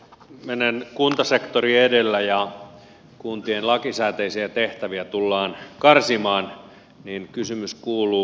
menen kuntasektori edellä ja kun kuntien lakisääteisiä tehtäviä tullaan karsimaan niin kysymys kuuluu